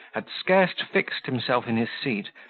had scarce fixed himself in his seat,